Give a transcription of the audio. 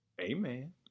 Amen